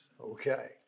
okay